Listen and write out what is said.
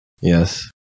yes